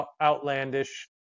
outlandish